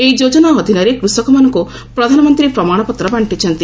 ଏହି ଯୋଜନା ଅଧୀନରେ କୃଷକମାନଙ୍କୁ ପ୍ରଧାନମନ୍ତ୍ରୀ ପ୍ରମାଣପତ୍ର ବାଣ୍ଟିଛନ୍ତି